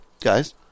guys